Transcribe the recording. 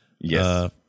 Yes